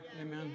Amen